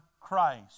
Christ